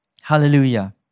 Hallelujah